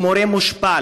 הוא מורה מושפל,